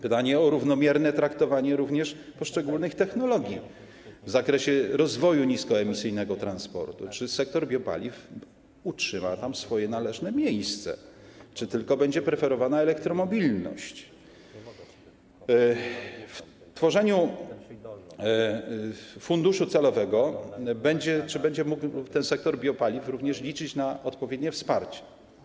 Pytanie o równomierne traktowanie również poszczególnych technologii w zakresie rozwoju niskoemisyjnego transportu, czy sektor biopaliw utrzyma tam swoje należne miejsce, czy tylko będzie preferowana elektromobilność, czy w tworzeniu funduszu celowego będzie mógł ten sektor biopaliw liczyć również na odpowiednie wsparcie.